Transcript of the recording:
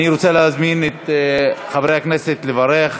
אני רוצה להזמין את חברי הכנסת לברך.